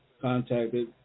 contacted